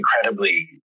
incredibly